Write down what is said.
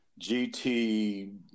GT